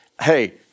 hey